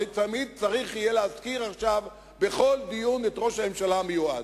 תמיד צריך יהיה להזכיר בכל דיון את ראש הממשלה המיועד,